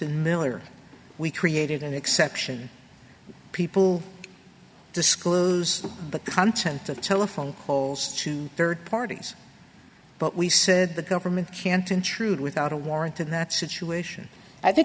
and miller we created an exception people disclose the content of telephone poles to third parties but we said the government can't intrude without a warrant in that situation i think